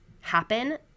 happen